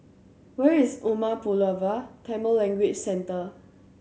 where is Umar Pulavar Tamil Language Centre